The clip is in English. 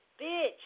Bitch